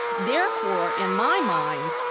therefore, in my mind,